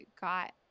got